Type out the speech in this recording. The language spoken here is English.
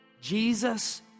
Jesus